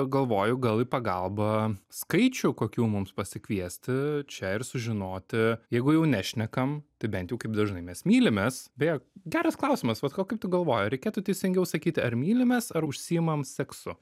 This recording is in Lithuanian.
galvoju gal į pagalbą skaičių kokių mums pasikviesti čia ir sužinoti jeigu jau nešnekam tai bent jau kaip dažnai mes mylimės beje geras klausimas vat o kaip tu galvoji reikėtų teisingiau sakyti ar mylimės ar užsiimam seksu